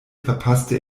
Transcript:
verpasste